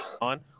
on